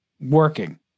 working